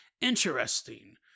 Interesting